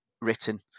written